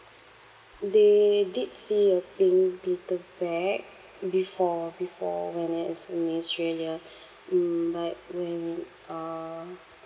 they did see a pink beetle bag before before when it is in australia mm but when it uh